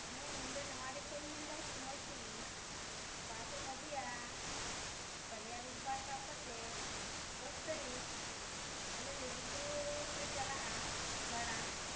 ᱦᱮᱸ ᱱᱚᱰᱮ ᱱᱟᱣᱟᱰᱤ ᱠᱷᱚᱱ ᱤᱧ ᱞᱟᱹᱭᱫᱟ ᱥᱤᱢᱚᱛᱤ ᱵᱟᱥ ᱮᱢ ᱟᱹᱜᱩᱭᱟ ᱵᱟᱨᱭᱟ ᱨᱳᱵ ᱵᱟᱨ ᱛᱟᱵ ᱠᱟᱛᱮᱫ ᱫᱚᱥ ᱛᱟᱹᱨᱤᱠᱷ ᱟᱞᱮ ᱞᱩᱜᱩᱼᱵᱩᱨᱩ ᱞᱮ ᱪᱟᱞᱟᱜᱼᱟ ᱫᱟᱬᱟᱱ